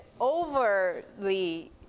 overly